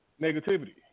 negativity